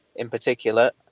in particular,